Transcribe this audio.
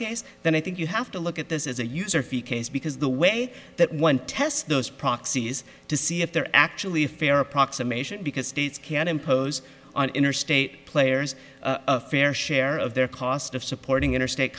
case then i think you have to look at this as a user fee case because the way that one tests those proxies to see if they're actually a fair approximation because states can impose on interstate players a fair share of their cost of supporting interstate